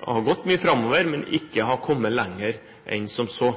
har gått mye framover, men man har ikke kommet lenger enn som så.